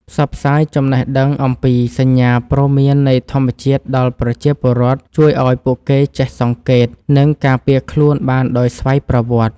ផ្សព្វផ្សាយចំណេះដឹងអំពីសញ្ញាព្រមាននៃធម្មជាតិដល់ប្រជាពលរដ្ឋជួយឱ្យពួកគេចេះសង្កេត និង ការពារខ្លួនបានដោយស្វ័យប្រវត្តិ។